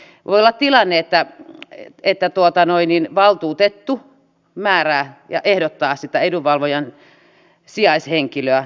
voi olla tilanne että valtuutettu määrää ja ehdottaa sitä edunvalvojan sijaishenkilöä